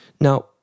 Now